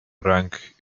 rank